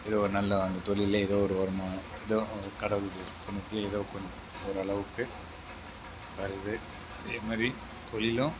இது ஒரு நல்ல அந்த தொழிலில் ஏதோ ஒரு வருமானம் ஏதோ ஒரு கடவுள் கொடுத்த தொழிலுக்கு ஏதோ கொஞ்சம் ஓரளவுக்கு வருது அதே மாதிரி தொழிலும்